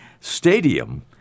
stadium